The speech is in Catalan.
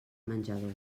menjador